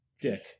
dick